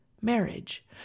marriage